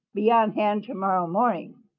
be on hand to-morrow morning.